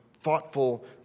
thoughtful